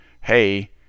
Hey